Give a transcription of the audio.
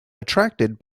attracted